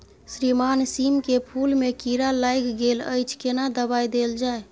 श्रीमान सीम के फूल में कीरा लाईग गेल अछि केना दवाई देल जाय?